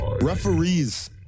Referees